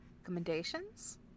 Recommendations